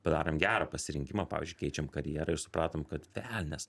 padarom gerą pasirinkimą pavyzdžiui keičiam karjerą ir supratom kad velnias